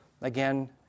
again